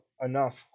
enough